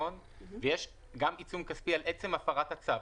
ויש גם עיצום כספי על עצם הפרת הצו.